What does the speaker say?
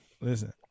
Listen